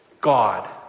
God